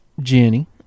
Jenny